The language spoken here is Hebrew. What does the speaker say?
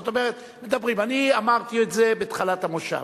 אני אמרתי את זה בתחילת המושב,